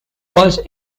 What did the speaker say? was